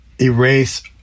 erase